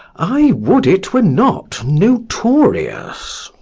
i would it were not notorious.